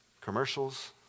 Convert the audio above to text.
commercials